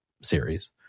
series